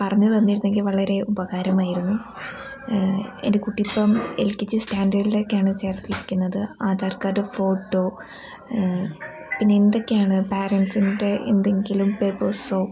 പറഞ്ഞ് തന്നിരുന്നെങ്കിൽ വളരെ ഉപകാരമായിരുന്നു എൻ്റെ കുട്ടീപ്പം എൽ കെ ജി സ്റ്റാന്ഡേര്ഡിലേക്കാണ് ചേർത്തിരിക്കുന്നത് ആധാർ കാർഡ് ഫോട്ടോ പിന്നെ എന്തൊക്കെ ആണ് പാരൻസിൻ്റെ എന്തെങ്കിലും പേപ്പേഴ്സോ